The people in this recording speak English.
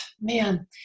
man